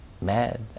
Mad